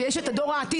ויש את דור העתיד,